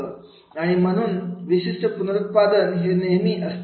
आणि म्हणून विशिष्ट पुनरुत्पादन हे नेहमी असतेच